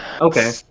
okay